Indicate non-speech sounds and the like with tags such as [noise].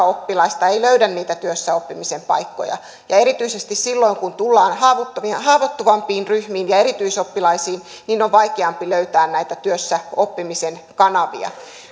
[unintelligible] oppilaista ei löydä niitä työssäoppimisen paikkoja erityisesti silloin kun tullaan haavoittuvampiin ryhmiin ja erityisoppilaisiin on vaikea löytää näitä työssäoppimisen kanavia